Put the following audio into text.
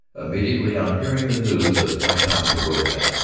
immediately on hearing the news of ticonderoga,